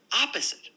opposite